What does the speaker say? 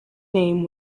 name